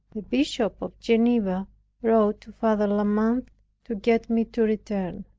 the bishop of geneva wrote to father la mothe to get me to return